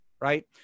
right